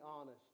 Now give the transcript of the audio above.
honest